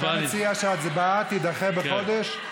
אז אתה מציע שההצבעה תידחה בחודש?